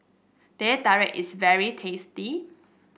Teh Tarik is very tasty